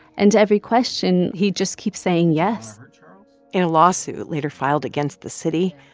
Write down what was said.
and to every question, he just keeps saying yes in a lawsuit later filed against the city,